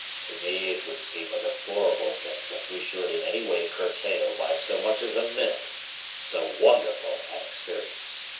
to me it would seem a deplorable thing that we should in any way curtail by so much as a minute so wonderful an experience.